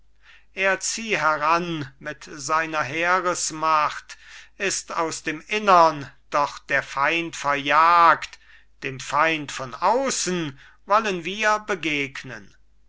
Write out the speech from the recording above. er zieh heran mit seiner heeresmacht ist aus dem innern doch der feind verjagt dem feind von außen wollen wir begegnen